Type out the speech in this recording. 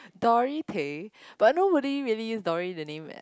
Dory Tay but nobody really use the name Dory as